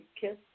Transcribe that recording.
kiss